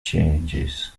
changes